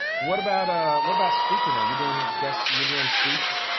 what about ah what about speaker now, you're doing guest, you're doing speech?